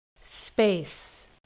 space